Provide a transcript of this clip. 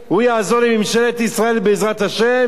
הוא יעזור לממשלת ישראל, בעזרת השם,